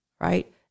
Right